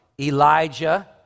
Elijah